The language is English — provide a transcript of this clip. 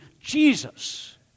Jesus